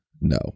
no